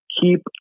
keep